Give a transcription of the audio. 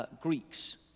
Greeks